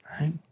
right